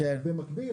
במקביל,